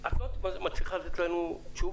את לא מצליחה לתת לנו תשובות.